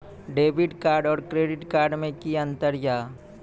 Debit card और credit card मे कि अंतर या?